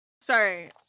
Sorry